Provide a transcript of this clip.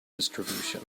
distribution